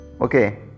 Okay